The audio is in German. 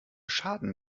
schaden